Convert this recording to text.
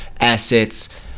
assets